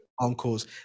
Uncles